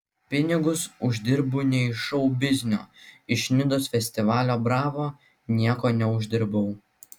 pinigus uždirbu ne iš šou biznio iš nidos festivalio bravo nieko neuždirbau